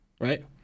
right